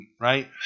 right